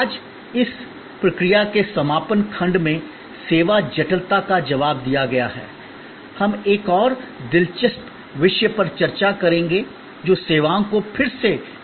आज इस प्रक्रिया के समापन खंड में सेवा जटिलता का जवाब दिया गया है हम एक और दिलचस्प विषय पर चर्चा करेंगे जो सेवाओं को फिर से डिज़ाइन करने के लिए है